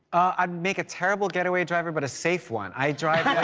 i would make a terrible getaway driver but a safe one. i drive